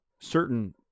certain